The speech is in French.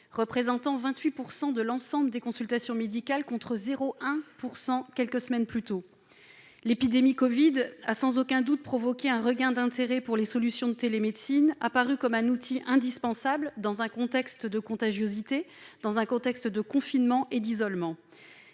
représentant 28 % de l'ensemble des consultations médicales, contre 0,1 % quelques semaines plus tôt. L'épidémie de Covid-19 a sans aucun doute provoqué un regain d'intérêt pour les solutions de télémédecine, apparues comme un outil indispensable dans un contexte de contagiosité, de confinement et d'isolement.